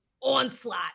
onslaught